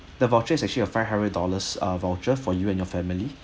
the voucher is actually a five hundred dollars ah voucher for you and your family